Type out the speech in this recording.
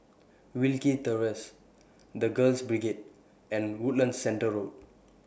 Wilkie Terrace The Girls Brigade and Woodlands Centre Road